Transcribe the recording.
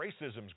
racism's